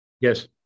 Yes